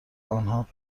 آنها